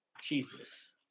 Jesus